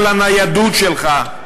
על הניידות שלך.